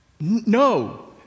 No